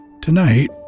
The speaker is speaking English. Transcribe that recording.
Tonight